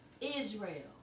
Israel